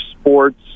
sports